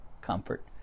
comfort